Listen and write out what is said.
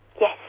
Yes